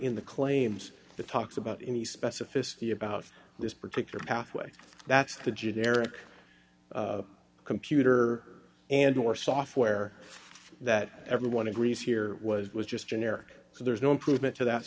in the claims the talks about any specificity about this particular pathway that's the generic computer and or software that everyone agrees here was was just generic so there's no improvement to that